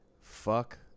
Fuck